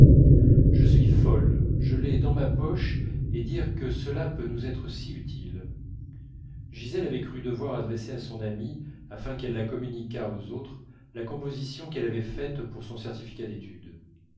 je suis folle je l'ai dans ma poche et dire que cela peut nous être si utile gisèle avait cru devoir adresser à son amie afin qu'elle la communiquât aux autres la composition qu'elle avait faite pour son certificat d'études